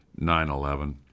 9-11